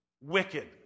wicked